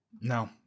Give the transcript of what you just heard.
No